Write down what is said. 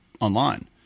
online